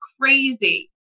crazy